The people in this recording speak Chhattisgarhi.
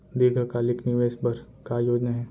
दीर्घकालिक निवेश बर का योजना हे?